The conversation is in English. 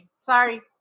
Sorry